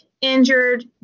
injured